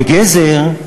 בגזר,